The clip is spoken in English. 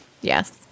yes